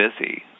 busy